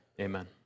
Amen